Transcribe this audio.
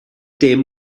dim